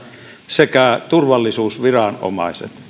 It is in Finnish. sekä turvallisuusviranomaiset